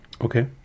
Okay